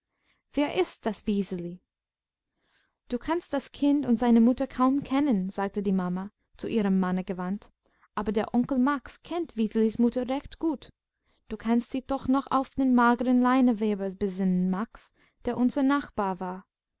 wer ist das wiseli du kannst das kind und seine mutter kaum kennen sagte die mama zu ihrem manne gewandt aber der onkel max kennt wiselis mutter recht gut du kannst dich doch noch auf den mageren leineweber besinnen max der unser nachbar war